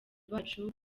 bacu